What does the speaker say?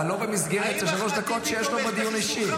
אבל לא במסגרת של שלוש דקות שיש לו בדיון אישי.